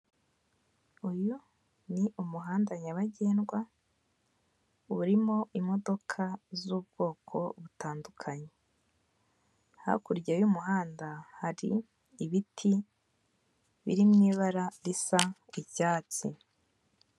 Uyu ni umuhanda nyabagendwa, urimo imodoka z'ubwoko butandukanye, hakurya y'umuhanda hari ibiti biri mu ibara risa icyatsi.